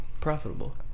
profitable